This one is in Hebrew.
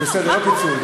הוא בסדר-היום.